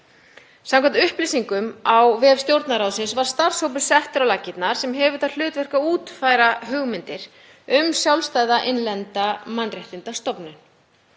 Samkvæmt upplýsingum á vef Stjórnarráðsins var starfshópur settur á laggirnar sem hefur það hlutverk að útfæra hugmyndir um sjálfstæða innlenda mannréttindastofnun.